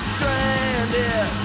Stranded